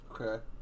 Okay